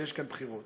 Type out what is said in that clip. ויש כאן בחירות,